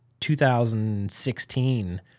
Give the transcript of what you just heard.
2016